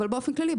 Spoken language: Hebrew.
אבל באופן כללי,